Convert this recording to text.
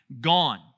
Gone